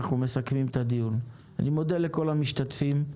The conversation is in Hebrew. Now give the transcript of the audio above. אני מודה לכל המשתתפים.